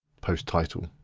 post title.